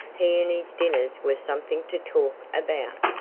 he and his dinners were something to talk about,